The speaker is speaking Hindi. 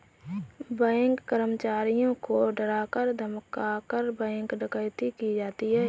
बैंक कर्मचारियों को डरा धमकाकर, बैंक डकैती की जाती है